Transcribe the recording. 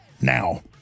now